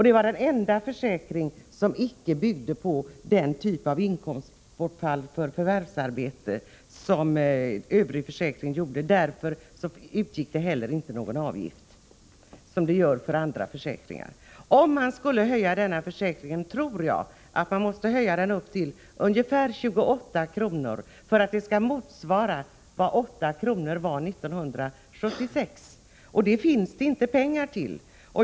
Det var den enda försäkring som icke byggde på inkomstbortfall vid förvärvsarbete, vilket gällde för försäkringen i övrigt. Därför utgick inte heller någon avgift, som det gör för andra försäkringar. Om man skulle höja beloppet när det gäller denna försäkring tror jag att man måste höja det till ungefär 28 kr. för att få en motsvarighet till vad 8 kr. var värt 1976. Till detta finns det inga pengar.